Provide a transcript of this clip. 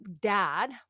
dad